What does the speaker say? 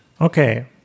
Okay